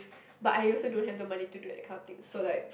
but I also don't have the money to do that kind of thing so like